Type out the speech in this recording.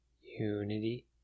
unity